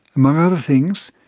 among other things,